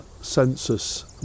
census